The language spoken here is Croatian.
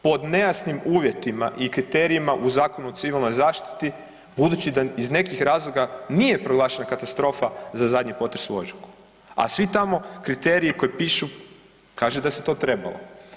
Pod nejasnim uvjetima i kriterijima u Zakonu o civilnoj zaštiti budući da iz nekih razloga nije proglašena katastrofa za zadnji potres u ožujku, a vi tamo kriteriji koji pišu, kaže da se to trebalo.